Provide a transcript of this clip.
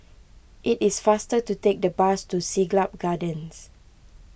it is faster to take the bus to Siglap Gardens